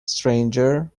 stranger